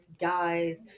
guys